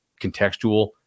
contextual